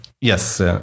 Yes